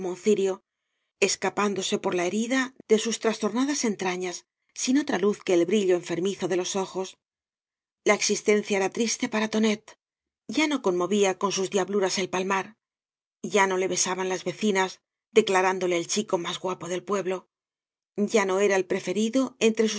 cirio escapándose por la herida de sus trastornadas entrañas sin otra luz que el brillo enfermizo de loa ojos la existencia era triste para tonet ya no conmovía con bus diabluras el palmar ya no le besaban las vecinas declarándole el chico más guapo del pueblo ya no era el preferido entre